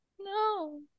No